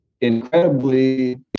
incredibly